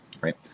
right